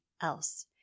else